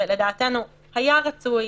שלדעתנו היה רצוי